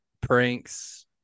Pranks